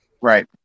Right